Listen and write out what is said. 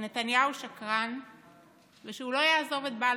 שנתניהו שקרן ושהוא לא יעזוב את בלפור.